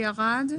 שירד.